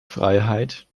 freiheit